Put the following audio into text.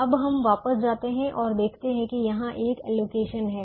अब हम वापस जाते हैं और देखते हैं कि यहाँ एक एलोकेशन है